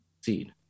seed